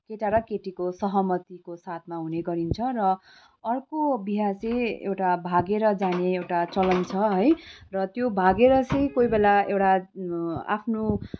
केटा र केटीको सहमतिको साथमा हुने गरिन्छ र अर्को बिहे चाहिँ एउटा भागेर जाने एउटा चलन छ है र त्यो भागेर चाहिँ कोही बेला एउटा आफ्नो